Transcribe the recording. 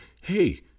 Hey